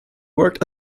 worked